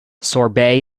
sorbet